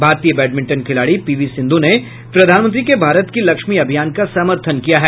भारतीय बैडमिंटन खिलाड़ी पीवी सिंध् ने प्रधानमंत्री के भारत की लक्ष्मी अभियान का समर्थन किया है